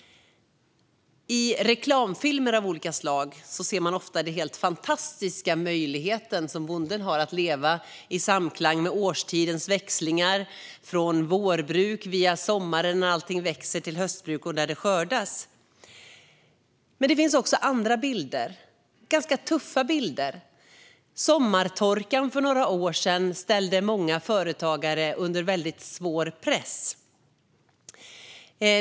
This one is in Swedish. I reklamfilmer av olika slag ser man ofta den fantastiska möjligheten som bonden har att leva i samklang med årstidernas växlingar, från vårbruk via sommar när allt växer, till höstbruk när det ska skördas. Men det finns också andra bilder, ganska tuffa bilder. Sommartorkan för några år sedan ställde många företagare under mycket svår press.